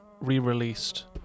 re-released